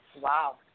Wow